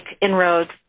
inroads